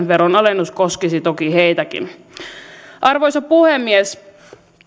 veronalennus koskisi toki heitäkin arvoisa puhemies